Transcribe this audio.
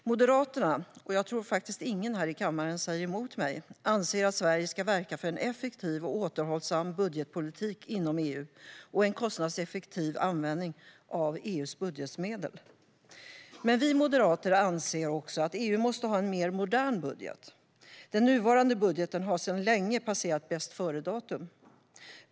Moderaterna - jag tror faktiskt inte att det är någon här i kammaren som säger emot mig - anser att Sverige ska verka för en effektiv och återhållsam budgetpolitik inom EU och en kostnadseffektiv användning av EU:s budgetmedel. Men vi moderater anser också att EU måste ha en mer modern budget. Den nuvarande budgeten har sedan länge passerat bästföredatum.